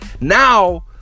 Now